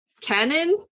canon